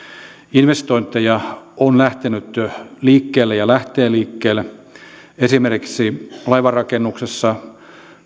investointeja on lähtenyt liikkeelle ja lähtee liikkeelle esimerkiksi laivanrakennuksessa